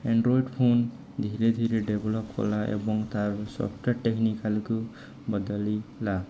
Android phone ଧୀରେ ଧୀରେ develop କଲା ଏବଂ ତାର ସଫ୍ଟୱେର୍ ଟେକ୍ନିକାଲକୁ ବଦଳିଲା